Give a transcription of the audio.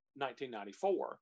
1994